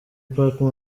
parker